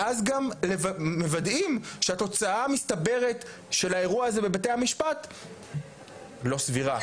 ואז גם מוודאים שהתוצאה המסתברת של האירוע הזה בבתי המשפט לא סבירה,